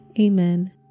Amen